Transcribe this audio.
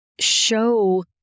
show